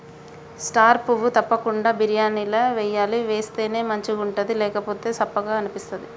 star పువ్వు తప్పకుండ బిర్యానీల వేయాలి వేస్తేనే మంచిగుంటది లేకపోతె సప్పగ అనిపిస్తది